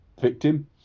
victim